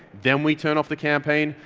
then we turn off the campaign,